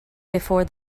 before